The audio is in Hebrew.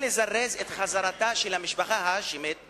לזרז את חזרתה של המשפחה ההאשמית לחיג'אז,